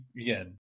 again